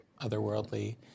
otherworldly